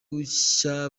bushya